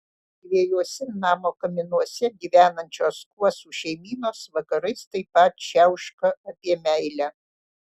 dviejuose namo kaminuose gyvenančios kuosų šeimynos vakarais taip pat čiauška apie meilę